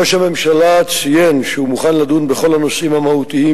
ראש הממשלה ציין שהוא מוכן לדון בכל הנושאים המהותיים